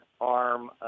arm